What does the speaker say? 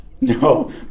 no